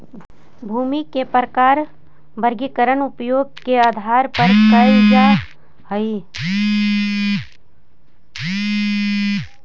भूमि के प्रकार के वर्गीकरण उपयोग के आधार पर कैल जा हइ